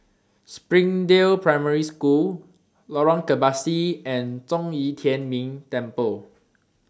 Springdale Primary School Lorong Kebasi and Zhong Yi Tian Ming Temple